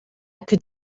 could